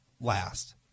last